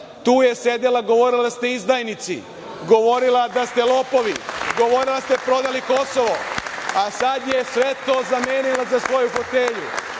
tu je sedela, govorila da ste izdajnici, govorila da ste lopovi, govorila da ste prodali Kosovo, a sad je sve to zamenila za svoju fotelju.